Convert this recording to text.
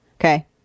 Okay